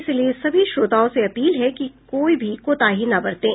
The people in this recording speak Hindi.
इसलिए सभी श्रोताओं से अपील है कि कोई भी कोताही न बरतें